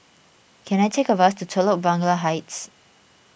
can I take a bus to Telok Blangah Heights